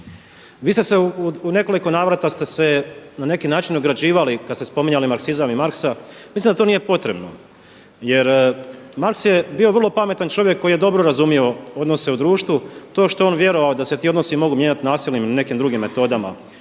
Vi ste se, u nekoliko navrata ste se na neki način ograđivali kada ste spominjali Marksizam i Marksa, Marxa. Mislim da to nije potrebno, jer Marx je bio vrlo pametan čovjek koji je vrlo dobro razumio odnose u društvu. To što je on vjerovao da se ti odnosi mogu mijenjati nasilnim ili nekim drugim metodama